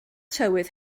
tywydd